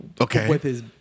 Okay